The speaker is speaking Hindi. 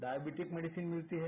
डायबिटिक मेडिसीन मिलती है